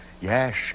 Yes